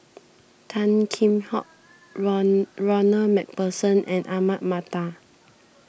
Tan Kheam Hock Ronald MacPherson and Ahmad Mattar